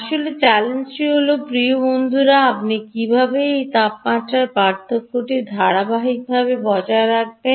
আসল চ্যালেঞ্জটি হল প্রিয় বন্ধুরা আপনি কীভাবে এই তাপমাত্রার পার্থক্যটি ধারাবাহিকভাবে বজায় রাখবেন